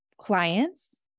clients